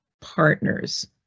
partners